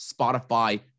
Spotify